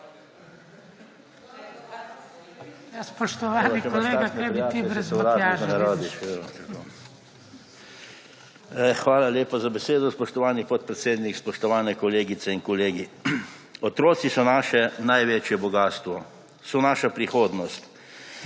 Hvala lepa za besedo, spoštovani podpredsednik. Spoštovane kolegice in kolegi! Otroci so naše največje bogastvo, so naša prihodnost.